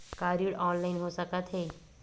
का ऋण ऑनलाइन हो सकत हे?